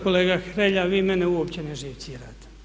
Kolega Hrelja vi mene uopće ne živcirate.